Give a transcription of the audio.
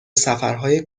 سفرهای